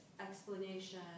explanation